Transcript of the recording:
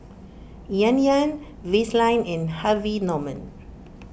Yan Yan Vaseline and Harvey Norman